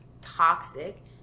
toxic